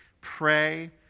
pray